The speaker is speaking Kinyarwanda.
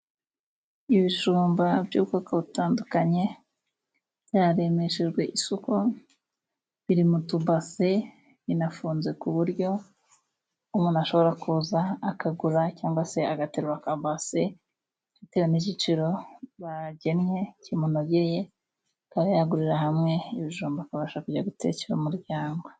Ibijumba by'ubwoko butandukanye, byaremeshejwe isoko, biri mu tubase binafunze ku buryo umuntu ashobora kuza akagura cyangwa se agaterura akabasi bitewe n'igiciro bagennye kimunogeye, akaba yagurira hamwe ibijumba, akabasha kujya gutekera umuryango.